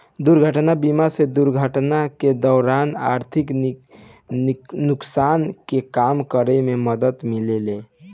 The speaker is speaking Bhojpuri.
दुर्घटना बीमा से दुर्घटना के दौरान आर्थिक नुकसान के कम करे में मदद मिलेला